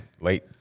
late